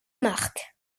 marc